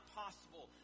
possible